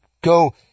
go